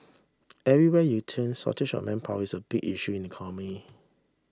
everywhere you turn shortage of manpower is a big issue in the economy